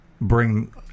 bring